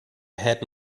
had